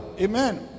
Amen